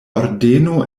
ordeno